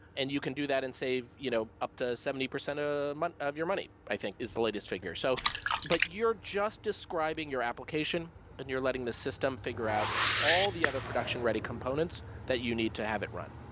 and you can do that and save you know up to seventy percent ah of your money, i think, is the latest figure. so but you're just describing your application and you're letting the system figure out all the other production ready components that you need to have it run.